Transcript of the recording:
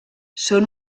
són